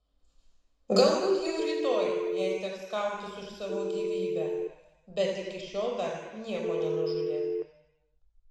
galbūt jau rytoj jai teks kautis už savo gyvybę bet iki šiol dar nieko nenužudė